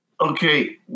Okay